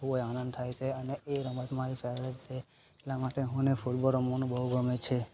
ખૂબ આનંદ થાય છે અને એ રમત મારી ફેવરિટ છે એટલા માટે હુંને ફૂટબોલ રમવાનું બહુ ગમે છે